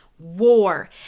War